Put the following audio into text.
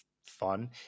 fun